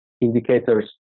indicators